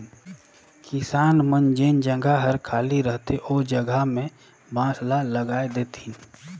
किसान मन जेन जघा हर खाली रहथे ओ जघा में बांस ल लगाय देतिन